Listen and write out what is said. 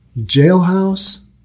jailhouse